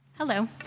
Hello